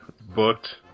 booked